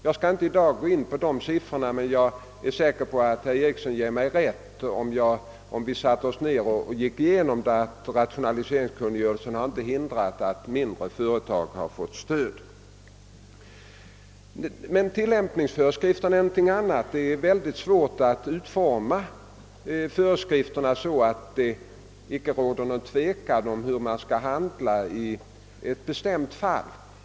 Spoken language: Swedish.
Jag skall inte i dag anföra några siffror, men jag är säker på att herr Eriksson i Bäckmora, om vi satte oss ned och gick igenom materialet, skulle ge mig rätt i att rationaliseringskungörelsen inte hindrat mindre företag att få stöd. Med tillämpningsföreskrifterna förhåller det sig något annorlunda. Det är mycket svårt att utforma föreskrifterna på sådant sätt, att det inte råder någon tvekan om hur man skall handla i det enskilda fallet.